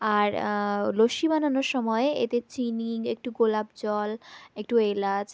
আর লস্যি বানানোর সময়ে এতে চিনি একটু গোলাপ জল একটু এলাচ